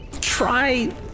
try